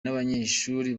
n’abanyeshuri